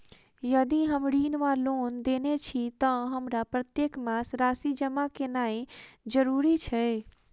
यदि हम ऋण वा लोन लेने छी तऽ हमरा प्रत्येक मास राशि जमा केनैय जरूरी छै?